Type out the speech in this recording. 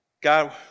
God